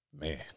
man